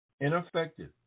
Ineffective